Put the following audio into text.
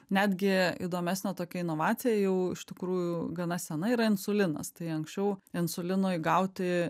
netgi įdomesnė tokia inovacija jau iš tikrųjų gana sena yra insulinas tai anksčiau insulinui gauti